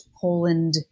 Poland